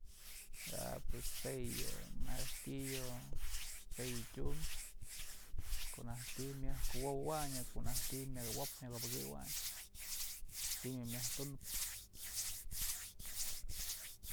A pues jue yë martillo juë tyum ko'o naj ti'i myaj kuwobëwayn o ko'o naj ti'i myaj awop myaj abëkëwayn ji'im yë myajtunëp.